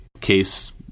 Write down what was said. case